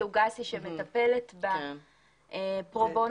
מכיוון שאותה מטפלת בהליך פשיטת רגל,